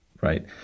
right